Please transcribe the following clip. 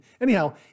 Anyhow